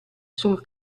sul